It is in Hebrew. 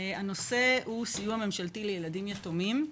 הנושא הוא סיוע ממשלתי לילדים יתומים.